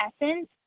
Essence